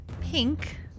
pink